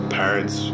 parents